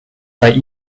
bei